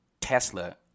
Tesla